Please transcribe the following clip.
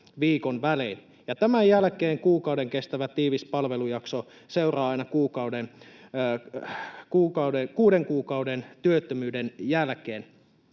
tämän jälkeen kuukauden kestävä tiivis palvelujakso seuraa aina kuuden kuukauden työttömyyden jälkeen.